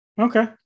Okay